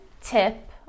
tip